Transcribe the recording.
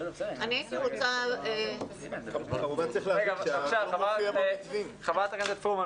המתווה של חה"כ אופיר סופר של הרשתות וההורים,